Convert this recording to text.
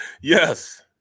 Yes